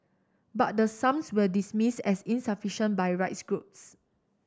but the sums were dismissed as insufficient by rights groups